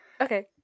Okay